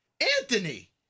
Anthony